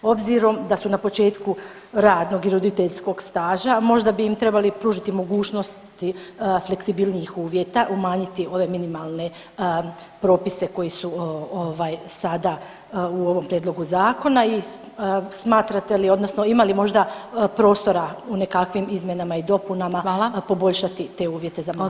Obzirom da su na početku radnog i roditeljskog staža možda bi im trebali pružiti mogućnost fleksibilnijih uvjeta, umanjiti ove minimalne propise koji su ovaj sada u ovom prijedlogu zakona i smatrate li odnosno ima li možda prostora u nekakvim izmjenama i dopunama [[Upadica: Hvala.]] poboljšati te uvjete za mlade.